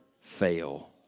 fail